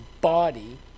body